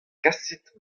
kasit